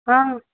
आम्